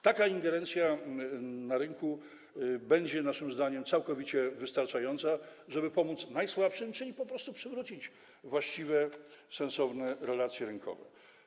Taka ingerencja na rynku będzie naszym zdaniem całkowicie wystarczająca, żeby pomóc najsłabszym, czyli po prostu chodzi o to, by przywrócić właściwe, sensowne relacje rynkowe.